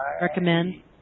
recommend